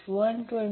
5 1031